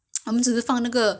hor 为什么